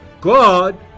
God